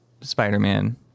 Spider-Man